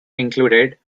included